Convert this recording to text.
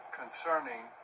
concerning